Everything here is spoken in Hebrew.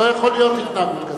לא יכול להיות התנהגות כזאת.